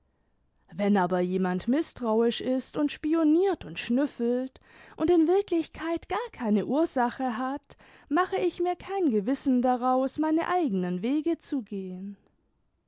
wenn aber jemand mißtrauisch ist und spioniert und schnüffelt und in wirklichkeit gar keine ursache hat mache ich mir kein gewissen daraus meine eigenen wege zu gehen